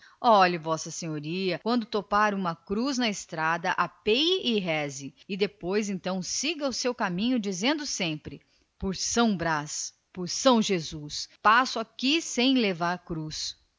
s a topar uma cruz na estrada apeie e reze e ao depois siga o seu caminho por diante repetindo sempre por são brás por são jesus passo aqui sem levar cruz